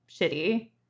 shitty